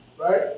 right